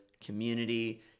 community